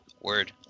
Word